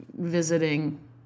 visiting